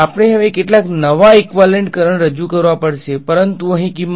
આપણે હવે કેટલાક નવા ઈક્વાલેંટ કરંટ રજૂ કરવા પડશે પરંતુ અહીં કિંમત